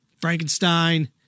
Frankenstein